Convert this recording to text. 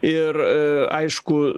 ir aišku